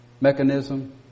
mechanism